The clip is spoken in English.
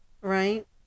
right